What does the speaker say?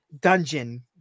dungeon